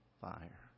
fire